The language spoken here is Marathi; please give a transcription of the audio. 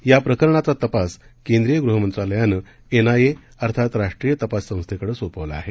याप्रकरणाचा तपास केंद्रीय गृहमंत्रालयानं एनआयए अर्थात राष्ट्रीय तपास संस्थेकडे सोपवला आहे